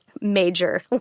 major